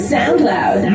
Soundcloud